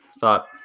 thought